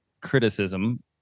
criticism